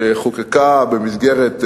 שחוקקה במסגרת,